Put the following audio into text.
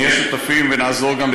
נהיה שותפים ונעזור גם,